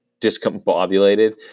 discombobulated